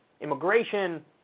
Immigration